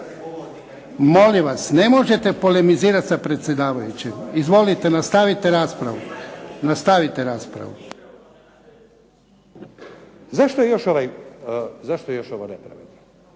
Molim vas, ne možete polemizirati sa predsjedavajućim. Izvolite nastavite raspravu. **Stazić, Nenad